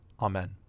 Amen